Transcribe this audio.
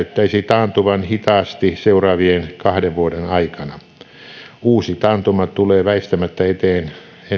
taantuvan hitaasti seuraavien kahden vuoden aikana uusi taantuma tulee väistämättä eteen ennemmin tai myöhemmin ja silloin pitäisi pystyä elvyttämään